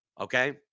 Okay